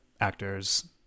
actors